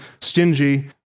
stingy